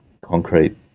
concrete